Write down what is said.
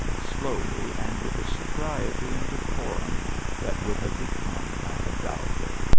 slowly, and with a sobriety and decorum that would have become a hidalgo.